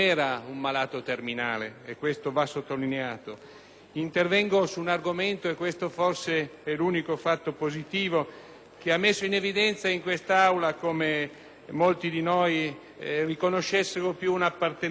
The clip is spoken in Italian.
Intervengo su un argomento - e questo forse è l'unico fatto positivo - che ha messo in evidenza in quest'Aula come molti di noi riconoscano più un'appartenenza a un fatto di coscienza, ad un orientamento intimo,